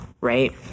right